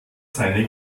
seine